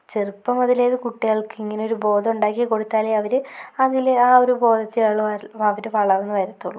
ചെറുപ്പം മുതലേ അത് കുട്ടികൾക്കിങ്ങനെ ഒരു ബോധം ഉണ്ടാക്കി കൊടുത്താലേ അവർ അതിൽ ആ ഒരു ബോധത്തിലവർ വളർന്ന് വരത്തുള്ളൂ